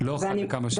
לא אחת לכמה שנים.